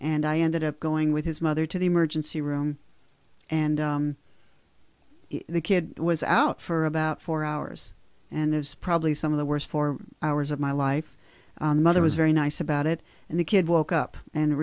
and i ended up going with his mother to the emergency room and the kid was out for about four hours and it's probably some of the worst four hours of my life mother was very nice about it and the kid woke up and